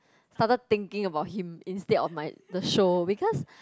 started thinking about him instead of my the show because